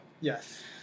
Yes